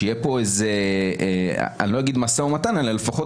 שתהיה כאן - לא אומר משא ומתן - לפחות